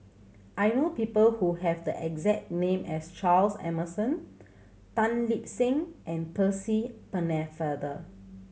I know people who have the exact name as Charles Emmerson Tan Lip Seng and Percy Pennefather